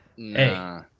Nah